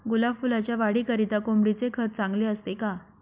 गुलाब फुलाच्या वाढीकरिता कोंबडीचे खत चांगले असते का?